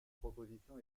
proposition